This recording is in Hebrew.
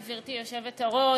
גברתי היושבת-ראש,